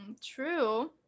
True